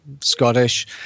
Scottish